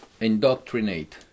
indoctrinate